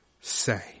say